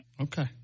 Okay